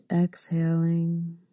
exhaling